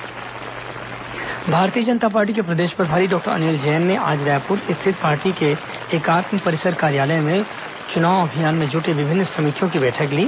भाजपा बैठक भारतीय जनता पार्टी के प्रदेश प्रभारी डॉक्टर अनिल जैन ने आज रायपुर स्थित पार्टी के एकात्म परिसर कार्यालय में चुनाव अभियान में जुटे विभिन्न समितियों की बैठक ली